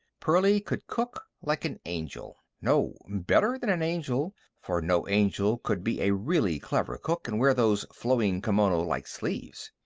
pearlie could cook like an angel no, better than an angel, for no angel could be a really clever cook and wear those flowing kimono-like sleeves.